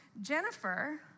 Jennifer